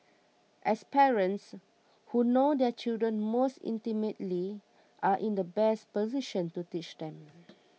as parents who know their children most intimately are in the best position to teach them